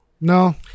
No